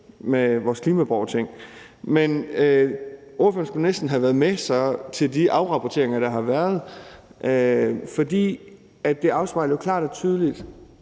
med vores klimaborgerting, men ordføreren skulle så næsten have været med til de afrapporteringer, der har været, for de viste jo klart og tydeligt,